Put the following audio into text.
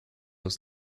was